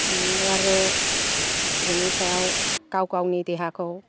आरो बेनि सायाव गाव गावनि देहाखौ